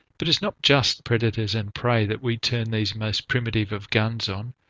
but it's not just predators and prey that we turn these most primitive of guns on.